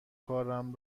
کارم